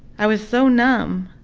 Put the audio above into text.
i was so numb.